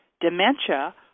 dementia